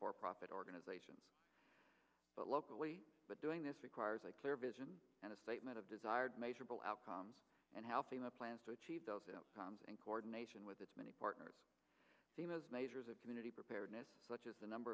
for profit organizations but locally but doing this requires a clear vision and a statement of desired measurable outcomes and healthy in the plans to achieve those outcomes in coordination with this many partners measures of community preparedness such as the number